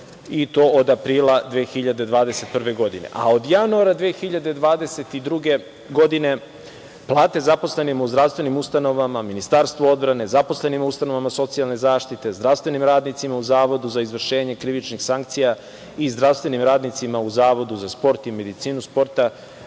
i to od aprila 2021. godine. A od januara 2022. godine plate zaposlenima u zdravstvenim ustanovama, Ministarstvu odbrane, zaposlenima u ustanovama socijalne zaštite, zdravstvenim radnicima u Zavodu za izvršenje krivičnih sankcija i zdravstvenim radnicima u Zavodu za sport i medicinu sporta